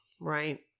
right